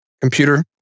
computer